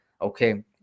okay